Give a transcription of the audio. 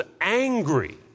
angry